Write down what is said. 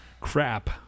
Crap